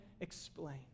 explain